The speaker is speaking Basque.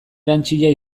erantsia